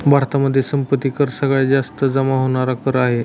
भारतामध्ये संपत्ती कर सगळ्यात जास्त जमा होणार कर आहे